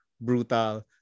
brutal